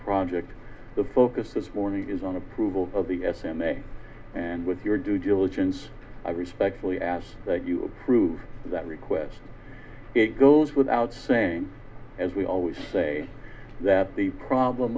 project the focus this morning is on approval of the f e m a and with your duties since i respectfully ask that you approve that request it goes without saying as we always say that the problem